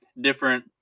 different